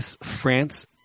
France